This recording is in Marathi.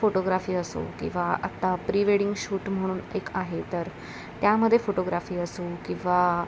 फोटोग्राफी असो किंवा आत्ता प्री वेडिंग शूट म्हणून एक आहे तर त्यामध्ये फोटोग्राफी असो किंवा